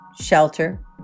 shelter